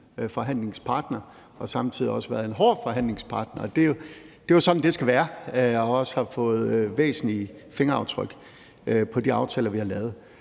forhandlingspartner og samtidig også har været en hård forhandlingspartner, og det er jo sådan, det skal være. De har fået væsentlige fingeraftryk på de aftaler, vi har lavet.